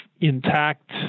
intact